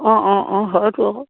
অঁ অঁ অঁ হয়তো আকৌ